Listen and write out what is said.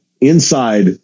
inside